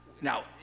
Now